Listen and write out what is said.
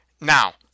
Now